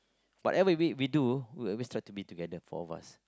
whatever week we do we'll always try to meet together for a while